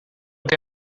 que